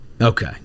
Okay